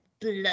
blood